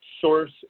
source